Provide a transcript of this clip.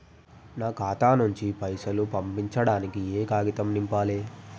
నా ఖాతా నుంచి పైసలు పంపించడానికి ఏ కాగితం నింపాలే?